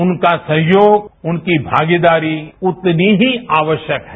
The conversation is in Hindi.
उनका सहयोग उनकी भागीदारी उतनी हीआवश्यक है